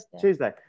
Tuesday